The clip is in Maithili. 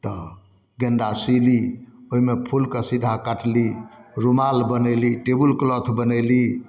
तऽ गेन्दा सिली ओहिमे फूल कशीदा काटली रुमाल बनेली टेबुल क्लॉथ बनेली